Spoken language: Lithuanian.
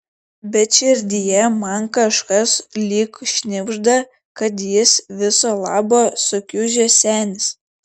bet širdyje man kažkas lyg šnibžda kad jis viso labo sukiužęs senis